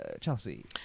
Chelsea